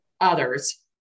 others